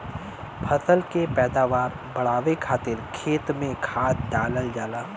फसल के पैदावार बढ़ावे खातिर खेत में खाद डालल जाला